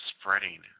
spreading